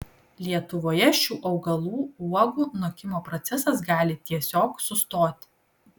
lietuvoje šių augalų uogų nokimo procesas gali tiesiog sustoti